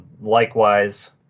likewise